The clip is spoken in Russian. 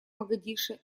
могадишо